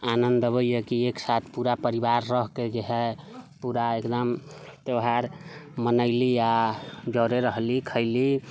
आनन्द अबैया कि एक साथ पूरा परिवार रहिके जे हइ पूरा एकदम त्यौहार मनेली आ जरे रहली खयली